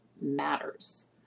matters